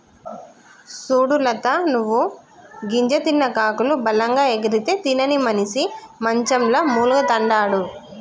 సూడు లత నువ్వు గింజ తిన్న కాకులు బలంగా ఎగిరితే తినని మనిసి మంచంల మూల్గతండాడు